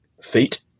feet